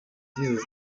dieses